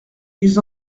ils